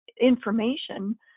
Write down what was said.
information